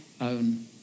own